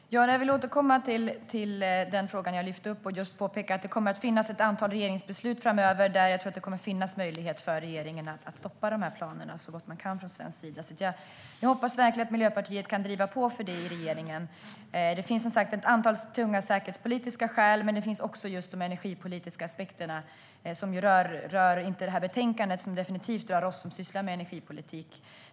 Herr talman! Jag vill återkomma till den fråga jag lyfte upp och just påpeka att det kommer att finnas ett antal regeringsbeslut framöver där jag tror att det kommer att finnas möjlighet för regeringen att stoppa de här planerna så gott man kan från svensk sida. Jag hoppas verkligen att Miljöpartiet kan driva på för det i regeringen. Det finns som sagt ett antal tunga säkerhetspolitiska skäl. Men det finns också de energipolitiska aspekterna, som inte rör det här betänkandet men som definitivt rör oss som sysslar med energipolitik.